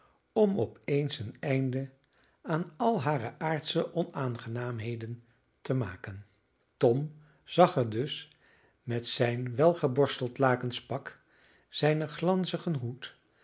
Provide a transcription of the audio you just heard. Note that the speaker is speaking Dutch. om op eens een einde aan al hare aardsche onaangenaamheden te maken tom zag er dus met zijn welgeborsteld lakensch pak zijnen glanzigen